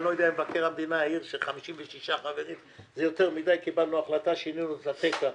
אז קיבלנו החלטה ושינינו את התקן,